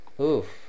oof